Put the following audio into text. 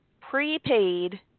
prepaid